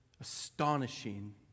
astonishing